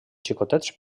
xicotets